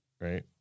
right